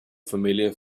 familiar